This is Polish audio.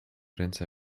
ręce